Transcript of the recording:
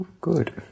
good